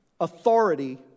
authority